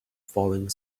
falling